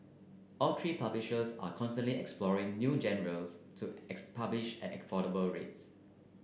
all three publishers are constantly exploring new to publish at affordable rates